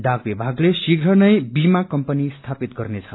डाक विभागले शिघ्र नै बिमा कम्पनी स्थापित गर्नेछ